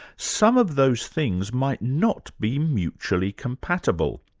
some of those things might not be mutually compatible.